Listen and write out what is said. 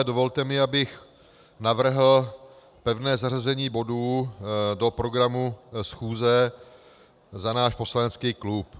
Dovolte mi, abych navrhl pevné zařazení bodů do programu schůze za náš poslanecký klub.